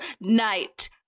Night